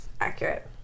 Accurate